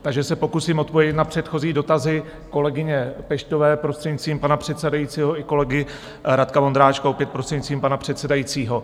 Takže se pokusím odpovědět na předchozí dotazy kolegyně Peštové, prostřednictvím pana předsedajícího, i kolegy Radka Vondráčka, opět prostřednictvím pana předsedajícího.